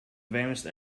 vanished